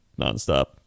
nonstop